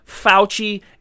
Fauci